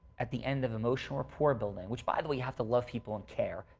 at the end of emotional rapport building, which by the way you have to love people and care,